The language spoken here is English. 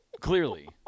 Clearly